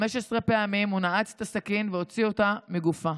15 פעמים הוא נעץ את הסכין והוציא אותה מגופה.